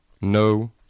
no